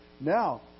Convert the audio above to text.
Now